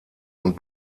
und